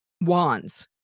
wands